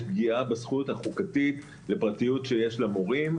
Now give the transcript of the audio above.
פגיעה בזכות החוקתית לפרטיות שיש למורים.